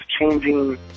changing